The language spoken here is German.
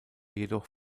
jedoch